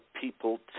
people